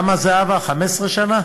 כמה, זהבה, 15 שנה?